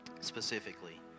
specifically